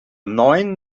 neun